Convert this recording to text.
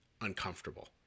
uncomfortable